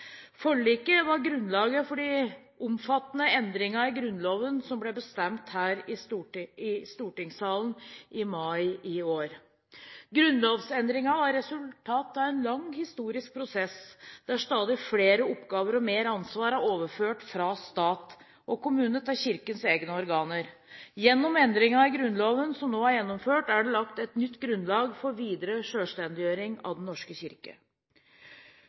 Forliket var grunnlaget for de omfattende endringene i Grunnloven som ble vedtatt her i stortingssalen i mai i år. Grunnlovsendringene var resultat av en lang historisk prosess, der stadig flere oppgaver og mer ansvar er overført fra stat og kommune til Kirkens egne organer. Gjennom endringene i Grunnloven som nå er gjennomført, er det lagt et nytt grunnlag for videre selvstendiggjøring av Den norske kirke.